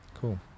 cool